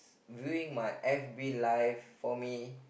doing my F_B live for me